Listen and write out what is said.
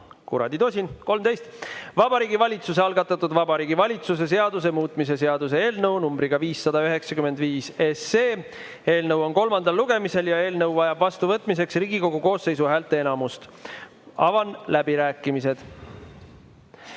kuraditosin, 13: Vabariigi Valitsuse algatatud Vabariigi Valitsuse seaduse muutmise seaduse eelnõu numbriga 595. Eelnõu on kolmandal lugemisel ja vajab vastuvõtmiseks Riigikogu koosseisu häälteenamust. Avan läbirääkimised.